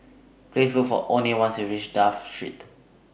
Please Look For Oney when YOU REACH Dafne Street